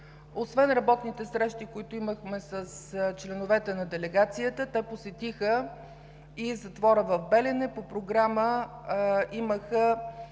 Освен работните срещи, които имахме с членовете на делегацията, те посетиха и затвора в Белене. По програма имаха